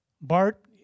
Bart